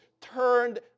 turned